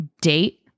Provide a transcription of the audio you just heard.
date